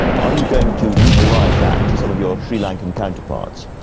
are you going to read the riot act to some of your sri lankan counterparts?